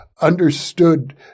understood